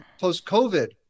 post-COVID